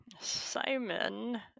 Simon